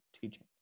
teaching